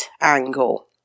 angle